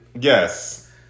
Yes